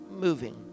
moving